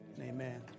Amen